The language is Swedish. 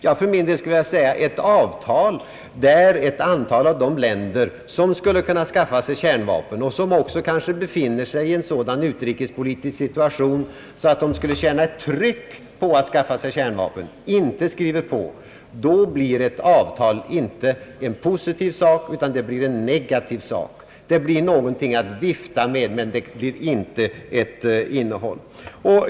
Jag för min del skulle vilja säga, att om ett antal av de länder som skulle kunna skaffa sig kärnvapen och som också kanske befinner sig i en sådan utrikespolitisk situation, att de skulle känna ett tryck att skaffa sig kärnvapen, inte skriver på avtalet, blir detta inte en positiv sak, utan blir en negativ. Det blir något att vifta med, men det blir inte ett reellt innehåll.